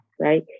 right